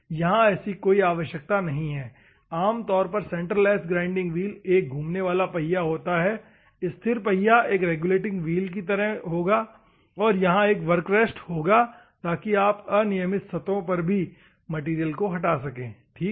यहां ऐसी कोई आवश्यकता नहीं है आम तौर पर सेंटरलेस ग्राइंडिंग व्हील एक घूमने वाला पहिया होता है स्थिर पहिया एक रेगुलेटिंग व्हील की तरह होगा और यहाँ एक वर्क रेस्ट होगा ताकि आप अनियमित सतहों पर से मैटेरियल को हटा सकें ठीक है